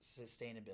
sustainability